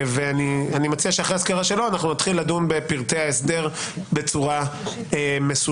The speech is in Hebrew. אני מציע שאחרי הסקירה שלו נתחיל לדון בפרטי ההסדר בצורה מסודרת.